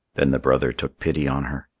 then the brother took pity on her.